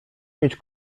mieć